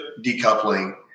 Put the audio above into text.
decoupling